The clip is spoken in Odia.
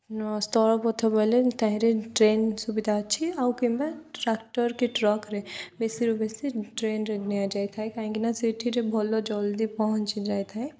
ସ୍ଥଳପଥ ବୋଇଲେ ତାହିଁରେ ଟ୍ରେନ୍ ସୁବିଧା ଅଛି ଆଉ କିମ୍ବା ଟ୍ରାକ୍ଟର୍ କି ଟ୍ରକ୍ରେ ବେଶିରୁ ବେଶି ଟ୍ରେନ୍ରେ ନିଆଯାଇଥାଏ କାହିଁକିନା ସେଠିରେ ଭଲ ଜଲ୍ଦି ପହଞ୍ଚିଯାଇଥାଏ